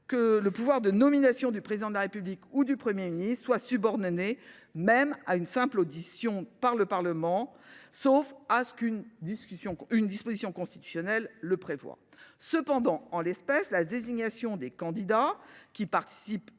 le pouvoir de nomination du Président de la République ou du Premier ministre à une simple audition par le Parlement, sauf si une disposition constitutionnelle le prévoit. En l’espèce, la désignation des candidats, qui participe